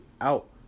out